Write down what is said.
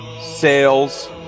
sales